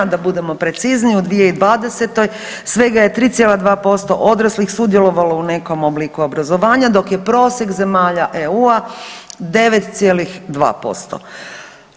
Da budemo precizniji, u 2020. svega je 3,2% odraslih sudjelovalo u nekom obliku obrazovanja, dok je prosjek zemalja EU-a 9,2%